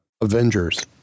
Avengers